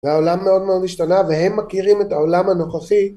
והעולם מאוד מאוד השתנה והם מכירים את העולם הנוכחי